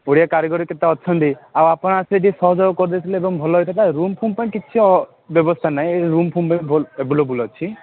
ଓଡ଼ିଆ କାରିଗରୀ କେତେ ଅଛନ୍ତି ଆଉ ଆପଣ ଆସିବେ ଟିକେ ସହଯୋଗ କରିଦେଇଥିଲେ ଏବଂ ଭଲ ହେଇଥାନ୍ତା ରୁମ୍ଫୁମ୍ ପାଇଁ କିଛି ବ୍ୟାବସ୍ଥା ନାହିଁ ରୁମ୍ଫୁମ୍ ଏଭେଲେବୁଲ୍ ଅଛି